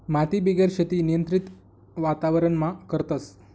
मातीबिगेर शेती नियंत्रित वातावरणमा करतस